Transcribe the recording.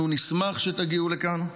אנחנו נשמח שתגיעו לכאן.